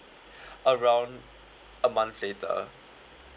around a month later